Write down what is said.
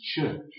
church